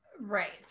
Right